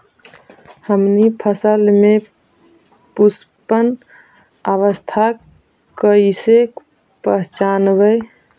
हमनी फसल में पुष्पन अवस्था कईसे पहचनबई?